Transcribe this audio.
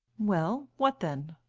well? what then?